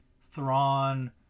thrawn